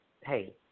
hey